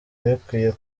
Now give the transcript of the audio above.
bikwiye